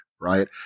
Right